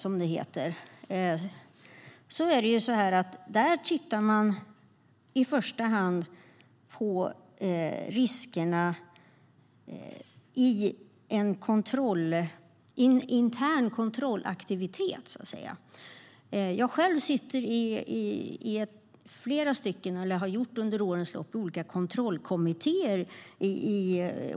I första hand tar man upp riskerna i en intern kontrollaktivitet. Jag har under årens lopp suttit med i olika kontrollkommittéer.